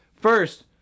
First